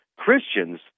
Christians